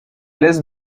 laisse